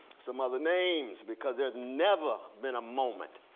some other names. because there's never been a moment,